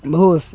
बहु